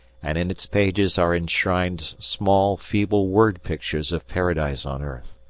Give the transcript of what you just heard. and in its pages are enshrined small, feeble word-pictures of paradise on earth.